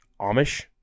Amish